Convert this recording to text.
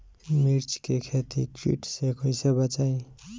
मिर्च के खेती कीट से कइसे बचाई?